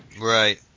Right